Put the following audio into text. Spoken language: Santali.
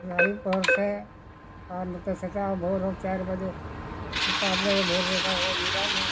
ᱟᱨ ᱟᱹᱭᱩᱵ ᱯᱚᱦᱚᱨ ᱥᱮᱫ ᱟᱨ ᱱᱚᱛᱮ ᱥᱮᱛᱟᱜ ᱵᱷᱳᱨ ᱦᱚᱸ ᱪᱟᱨ ᱵᱟᱡᱮ ᱯᱟᱸᱪ ᱵᱟᱡᱮ ᱵᱷᱳᱨ ᱨᱮ ᱧᱤᱨᱟᱢᱮ